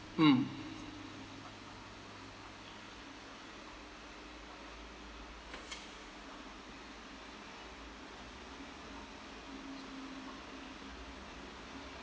mm